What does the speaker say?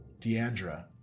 Deandra